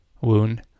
wound